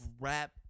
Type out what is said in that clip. rap